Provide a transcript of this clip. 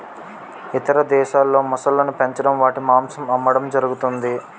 ఇతర దేశాల్లో మొసళ్ళను పెంచడం వాటి మాంసం అమ్మడం జరుగుతది